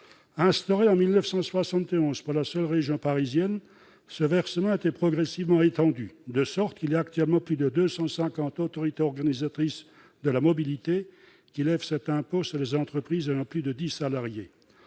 Instauré en 1971 pour la seule région parisienne, ce versement a été progressivement étendu, de sorte que plus de 250 autorités organisatrices de la mobilité lèvent actuellement cet impôt sur les entreprises comptant plus de dix salariés.